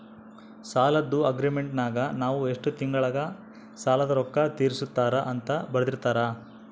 ಸಾಲದ್ದು ಅಗ್ರೀಮೆಂಟಿನಗ ನಾವು ಎಷ್ಟು ತಿಂಗಳಗ ಸಾಲದ ರೊಕ್ಕ ತೀರಿಸುತ್ತಾರ ಅಂತ ಬರೆರ್ದಿರುತ್ತಾರ